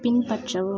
பின்பற்றவும்